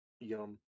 Yum